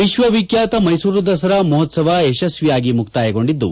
ವಿತ್ವ ವಿಖ್ಯಾತ ಮೈಸೂರು ದಸರಾ ಮಹೋತ್ಸವ ಯಶಸ್ವಿಯಾಗಿ ಮುಕ್ತಾಯಗೊಂಡಿದ್ದು